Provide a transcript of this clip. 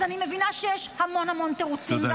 אז אני מבינה שיש המון תירוצים.